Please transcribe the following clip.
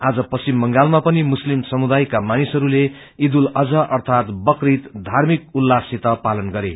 आज पश्चिम बंगालमा पनि मुशलीम समुदायका मानिसहरूले इद उल अजह अर्थात बकरीद धार्मिक उल्लाससित पादल गरे